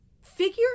figure